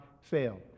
fail